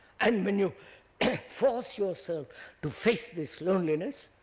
and when you force yourself to face this loneliness,